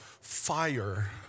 fire